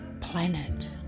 planet